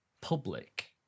public